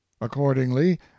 accordingly